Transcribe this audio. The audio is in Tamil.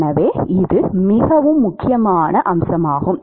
எனவே இது மிகவும் முக்கியமான அம்சமாகும்